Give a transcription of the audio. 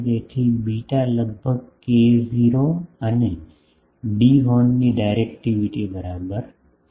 તેથી બીટા લગભગ k0 અને ડી હોર્નની ડાયરેક્ટિવિટી બરાબર છે